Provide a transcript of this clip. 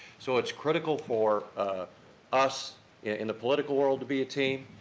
so, it's critical for us in the political world to be a team,